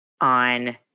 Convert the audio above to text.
on